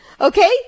Okay